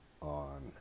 on